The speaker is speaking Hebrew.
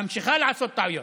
ממשיכה לעשות טעויות,